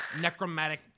necromantic